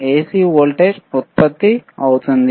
C voltage ఉత్పత్తి అవుతుంది